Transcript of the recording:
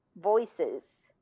voices